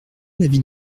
l’avis